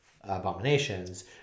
abominations